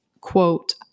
quote